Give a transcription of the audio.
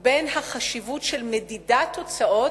בין החשיבות של מדידת תוצאות,